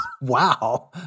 Wow